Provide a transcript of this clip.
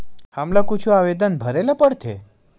हमला कुछु आवेदन भरेला पढ़थे?